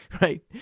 right